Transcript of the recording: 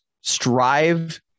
strive